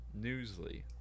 Newsly